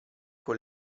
con